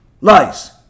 lies